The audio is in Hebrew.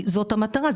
זאת המטרה,